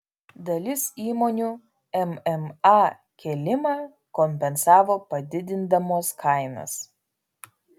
dalis įmonių mma kėlimą kompensavo padidindamos kainas